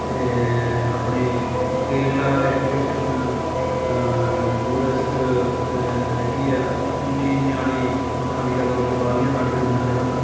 ਆਪਣੇ Kerala education tourist ਹੈਗੀ ਆ ਥੋਂ ਵੀ ਨਿਆਣੇ ਆਪਣਾ ਵੀਜ਼ਾ ਲਵਾ ਕੇ ਬਾਹਰਲੀਆਂ ਕੰਟਰੀਆਂ ਨੂੰ ਜਾਂਦੇ ਹਨ